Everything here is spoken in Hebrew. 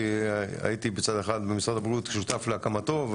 הייתי במשרד הבריאות שותף להקמתו,